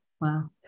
Wow